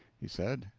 he said,